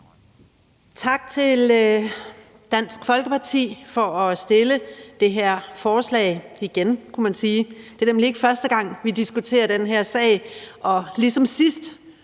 Tak til Dansk Folkeparti for at fremsætte det her forslag igen, kunne man sige. Det er nemlig ikke første gang, vi diskuterer den her sag. Ligesom sidst